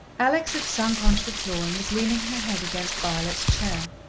alex had sunk on to the floor, and was leaning her head against violet's chair.